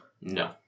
No